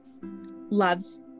loves